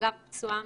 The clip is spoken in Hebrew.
נפצעתי